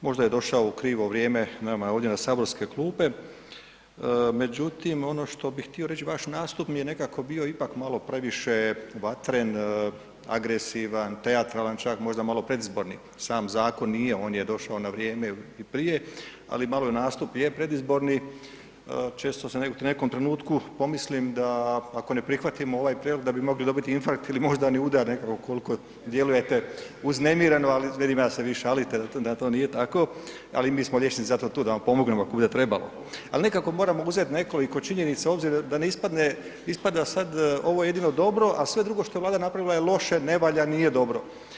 možda je došao u krivo vrijeme nama ovdje na saborske klupe, međutim ono što bi htio reć, vaš nastup mi je nekako bio ipak malo previše vatren, agresivan, teatralan čak, možda predizborni, sam zakon nije, on je došao na vrijeme i prije ali malo nastup je predizborni, često se u nekom trenutku pomislim da ako ne prihvatimo ovaj prijedlog, da bi mogli dobit infarkt ili moždani udar nekako koliko djelujete uznemireno ali vidim ja da se vi šalite, da to nije tako, ali mi smo liječnici, zato da vam pomognemo ako bude trebalo, ali nekako moramo uzet nekoliko činjenica obzirom da ispada sad ovo je jedino dobro a sve drugo što Vlada je napravila je loše, ne valja, nije dobro.